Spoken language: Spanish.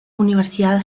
universidad